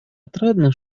отрадно